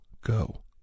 go